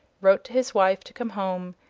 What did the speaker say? wrote to his wife to come home,